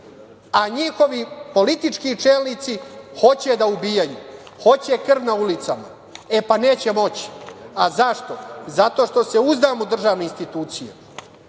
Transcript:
a njihovi politički čelnici hoće da ubijaju, hoće krv na ulicama. E, pa neće moći. A zašto? Zato što se uzdam u državne institucije,